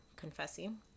Confessing